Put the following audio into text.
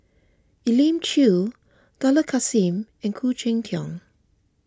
Elim Chew Dollah Kassim and Khoo Cheng Tiong